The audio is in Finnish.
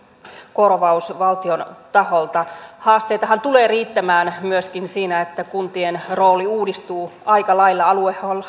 korvaus valtion taholta haasteitahan tulee riittämään myöskin siinä että kuntien rooli uudistuu aika lailla aluehallinto